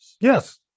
Yes